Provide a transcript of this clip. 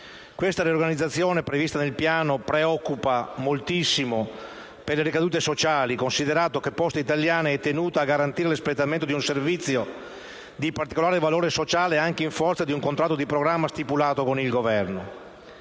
La riorganizzazione prevista nel Piano in questione preoccupa moltissimo per le sue ricadute sociali, considerato che Poste Italiane è tenuta a garantire l'espletamento di un servizio di particolare valore sociale, anche in forza di un contratto di programma stipulato con il Governo.